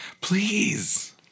Please